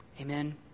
Amen